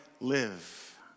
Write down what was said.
live